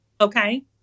Okay